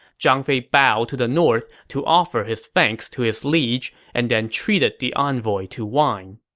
zhang fei bowed to the north to offer his thanks to his liege and then treated the envoy to wine